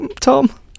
Tom